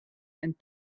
and